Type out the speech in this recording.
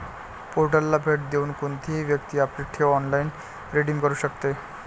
पोर्टलला भेट देऊन कोणतीही व्यक्ती आपली ठेव ऑनलाइन रिडीम करू शकते